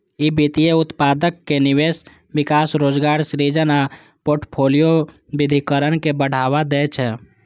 ई वित्तीय उत्पादक निवेश, विकास, रोजगार सृजन आ फोर्टफोलियो विविधीकरण के बढ़ावा दै छै